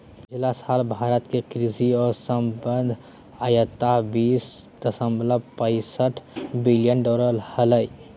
पिछला साल भारत के कृषि और संबद्ध आयात बीस दशमलव पैसठ बिलियन डॉलर हलय